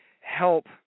help